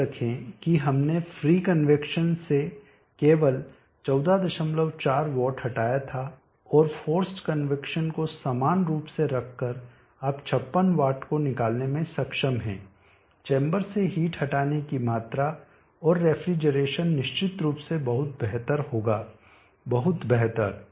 याद रखें कि हमने फ्री कन्वैक्शन से केवल 144 वाट हटाया था और फोर्सड कन्वैक्शन को समान रूप से रखकर आप 56 वाट को निकालने में सक्षम हैं चैम्बर से हीट हटाने की मात्रा और रेफ्रिजरेशन निश्चित रूप से बहुत बेहतर होगा बहुत बेहतर